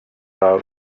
awr